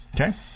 Okay